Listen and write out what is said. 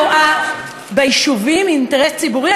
המדינה רואה ביישובים אינטרס ציבורי,